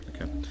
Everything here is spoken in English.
Okay